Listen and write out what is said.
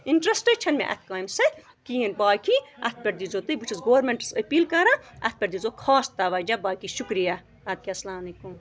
اِنٹرٛسٹَے چھَنہٕ مےٚ اَتھ کامہِ سۭتۍ کِہیٖنۍ باقی اَتھ پٮ۪ٹھ دیٖزیو تُہۍ بہٕ چھُس گورمٮ۪نٛٹَس أپیٖل کَران اَتھ پٮ۪ٹھ دیٖزیو خاص تَوَجہ باقٕے شُکریہ آد کیٛاہ اَسلام علیکُم